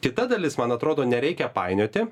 kita dalis man atrodo nereikia painioti